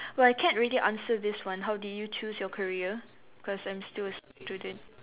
but I can't really answer this one how did you choose your career cause I'm still a student